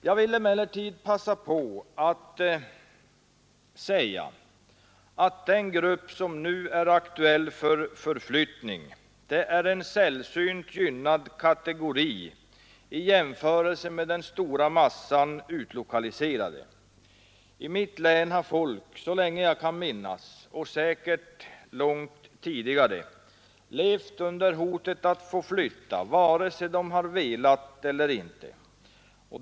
Jag vill emellertid passa på att säga att den grupp som nu är aktuell för förflyttning är en sällsynt gynnad kategori i jämförelse med den stora massan utlokaliserade. I mitt län har folk så länge jag kan minnas, och säkert långt tidigare, levt under hotet att få flytta, vare sig de har velat eller inte.